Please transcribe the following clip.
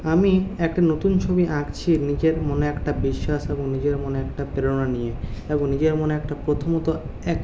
আমি একটা নতুন ছবি আঁকছি নিজের মনে একটা বিশ্বাস এবং নিজের মনে একটা প্রেরণা নিয়ে এবং নিজের মনে একটা প্রথমত এক